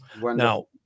Now